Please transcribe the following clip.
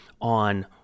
on